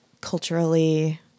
culturally